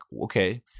okay